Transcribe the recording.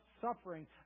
suffering